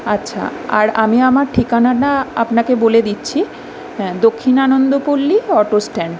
আচ্ছা আর আমি আমার ঠিকানাটা আপনাকে বলে দিচ্ছি হ্যাঁ দক্ষিণানন্দ পল্লী অটো স্ট্যান্ড